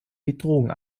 bedrohung